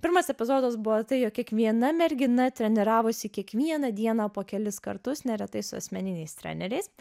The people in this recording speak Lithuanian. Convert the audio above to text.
pirmas epizodas buvo tai jog kiekviena mergina treniravosi kiekvieną dieną po kelis kartus neretai su asmeniniais treneriais